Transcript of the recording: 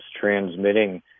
transmitting